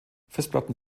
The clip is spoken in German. festplatten